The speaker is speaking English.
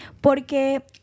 porque